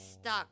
stuck